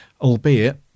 albeit